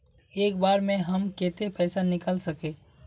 एक बार में हम केते पैसा निकल सके?